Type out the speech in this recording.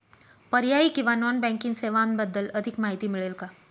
पर्यायी किंवा non banking सेवांबद्दल अधिक माहिती मिळेल का?